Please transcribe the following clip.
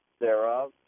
thereof